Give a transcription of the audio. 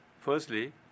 Firstly